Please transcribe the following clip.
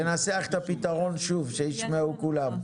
אז תנסח את הפתרון שוב שישמעו כולם.